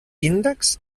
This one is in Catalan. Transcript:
índex